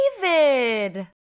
David